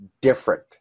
different